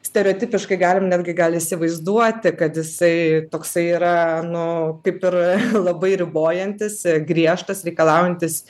stereotipiškai galim netgi gal įsivaizduoti kad jisai toksai yra nu kaip ir labai ribojantis griežtas reikalaujantis